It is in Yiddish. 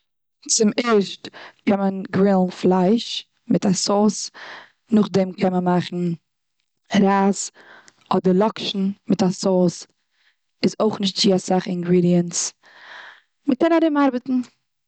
צום ערשט קען מען גרילן פלייש מיט א סאוס. נאכדעם קען מען מאכן רייז, אדער לאקשן מיט א סאוס, איז אויך נישט צו אסאך אינגרידיענטס. מ'קען ארומארבעטן.